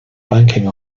banking